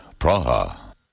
Praha